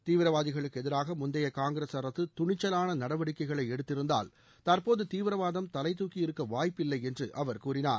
தீவிரவாதிகளுக்கு எதிராக முந்தைய காங்கிரஸ் அரசு துணிச்சலான நடவடிக்கைகளை எடுத்திருந்தால் தற்போது தீவிரவாதம் தலை துக்கியிருக்க வாய்ப்பு இல்லை என்று அவர் கூறினார்